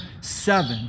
seven